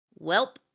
Welp